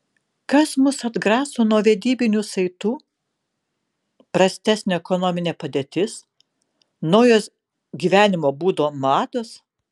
kas mus atgraso nuo vedybinių saitų prastesnė ekonominė padėtis naujos gyvenimo būdo mados